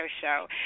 show